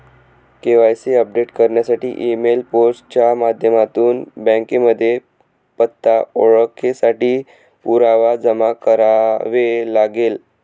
KYC update करण्यासाठी email, post च्या माध्यमातून बँकेमध्ये पत्ता, ओळखेसाठी पुरावा जमा करावे लागेल